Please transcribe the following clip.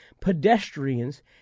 pedestrians